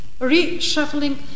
reshuffling